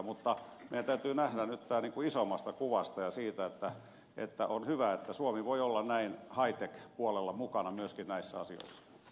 mutta meidän täytyy nyt nähdä tämä isommasta kuvasta ja siten että on hyvä että suomi voi olla näin high tech puolella mukana myöskin näissä asioissa